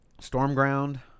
Stormground